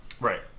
Right